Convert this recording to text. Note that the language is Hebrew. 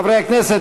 חברי הכנסת,